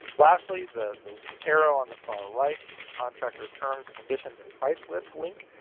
lastly, the the arrow on the far right is the contractor terms, conditions, and price list link.